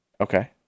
Okay